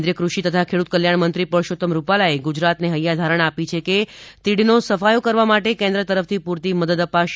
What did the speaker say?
કેન્દ્રિય કૃષિ તથા ખેડૂત કલ્યાણ મંત્રી પરસોત્તમ રૂપાલાએ ગુજરાત ને હૈથા ધારણ આપી છે કે તીડ નો સફાયો કરવા માટે કેન્દ્ર તરફ થી પૂરતી મદદ અપાશે